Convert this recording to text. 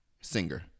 singer